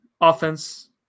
offense